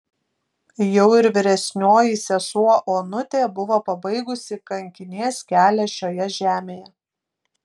jau ir vyresnioji sesuo onutė buvo pabaigusi kankinės kelią šioje žemėje